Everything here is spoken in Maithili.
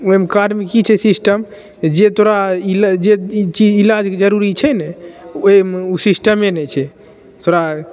ओहिमे कार्डमे की छै सिस्टम जे तोरा ई लए जे चीज इलाजके जरूरी छै ने ओहिमे ओ सिस्टमे नहि छै तोरा